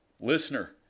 Listener